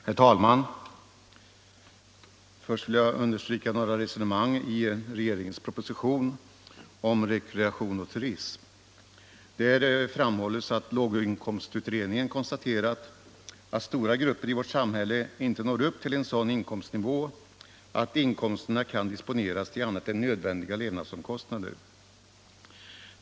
Herr talman! Först vill jag understryka några resonemang i regeringens proposition om rekreation och turism. Där framhålles att låginkomstututredningen konstaterat att stora grupper i vårt samhälle inte når upp till en sådan inkomstnivå att inkomsterna kan disponeras till annat än nödvändiga levnadsomkostnader.